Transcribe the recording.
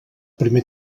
primer